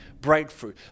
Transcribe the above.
breakthrough